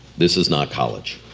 this is not college,